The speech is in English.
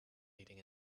leading